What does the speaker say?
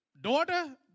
daughter